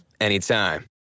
anytime